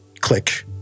click